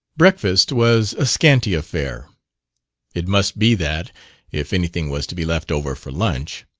breakfast was a scanty affair it must be that if anything was to be left over for lunch.